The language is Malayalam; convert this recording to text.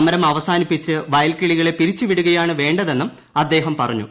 സമരം അവസാനിപ്പിച്ച് വയൽക്കിളികളെ പിരിച്ചു വിടുകയാണ് വേണ്ടതെ ന്നും അദ്ദേഹം പറഞ്ഞു